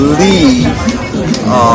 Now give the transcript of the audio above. leave